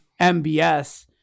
MBS